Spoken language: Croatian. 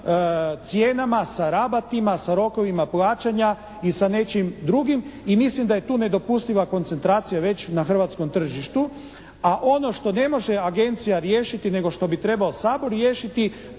sa cijenama, sa rabatima, sa rokovima plaćanja i sa nečim drugim. I mislim da je tu nedopustiva koncentracija već na hrvatskom tržištu, a ono što ne može Agencija riješiti nego što bi trebao Sabor riješiti,